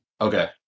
Okay